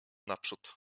naprzód